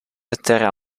otterrà